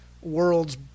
world's